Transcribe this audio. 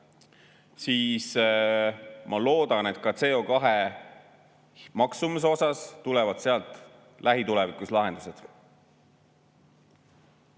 Ma loodan, et ka CO2maksumuse jaoks tulevad sealt lähitulevikus lahendused.